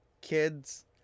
kids